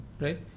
Right